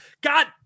God